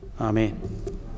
Amen